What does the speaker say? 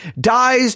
dies